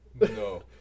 No